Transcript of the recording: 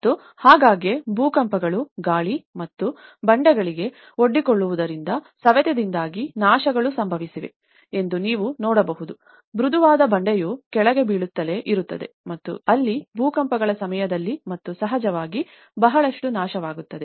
ಮತ್ತು ಆಗಾಗ್ಗೆ ಭೂಕಂಪಗಳು ಗಾಳಿ ಮತ್ತು ಬಂಡೆಗಳಿಗೆ ಒಡ್ಡಿಕೊಳ್ಳುವುದರಿಂದ ಸವೆತದಿಂದಾಗಿ ವಿನಾಶಗಳು ಸಂಭವಿಸಿವೆ ಎಂದು ನೀವು ನೋಡಬಹುದು ಮೃದುವಾದ ಬಂಡೆಯು ಕೆಳಗೆ ಬೀಳುತ್ತಲೇ ಇರುತ್ತದೆ ಮತ್ತು ಅಲ್ಲಿ ಭೂಕಂಪಗಳ ಸಮಯದಲ್ಲಿ ಮತ್ತು ಸಹಜವಾಗಿ ಬಹಳಷ್ಟು ನಾಶವಾಗುತ್ತದೆ